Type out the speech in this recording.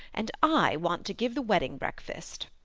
and i want to give the wedding-breakfast.